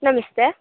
ನಮಸ್ತೆ